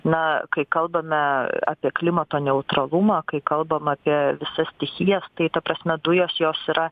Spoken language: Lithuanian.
na kai kalbame apie klimato neutralumą kai kalbam apie visas stichijas tai ta prasme dujos jos yra